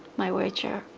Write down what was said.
my wheelchair